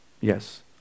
yes